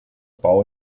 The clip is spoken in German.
bau